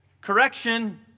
Correction